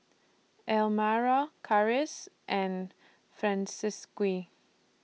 Elmyra Karis and Francisqui